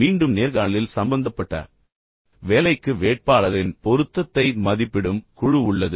மீண்டும் நேர்காணலில் சம்பந்தப்பட்ட வேலைக்கு வேட்பாளரின் பொருத்தத்தை மதிப்பிடும் குழு உள்ளது